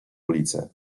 ulicę